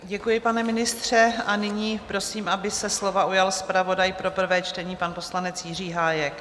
Děkuji, pane ministře, a nyní prosím, aby se slova ujal zpravodaj pro prvé čtení, pan poslanec Jiří Hájek.